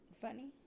funny